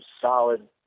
solid